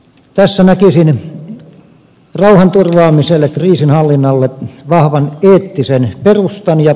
tässä näkisin rauhanturvaamiselle kriisinhallinnalle vahvan eettisen perustan